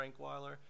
Frankweiler